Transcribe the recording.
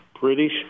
British